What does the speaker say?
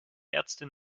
ärztin